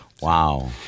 Wow